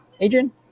Adrian